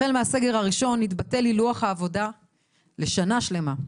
החל מהסגר הראשון התבטל לוח העבודה לשנה שלמה.